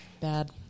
Bad